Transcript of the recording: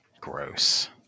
Gross